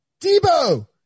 Debo